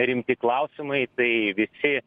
rimti klausimai tai visi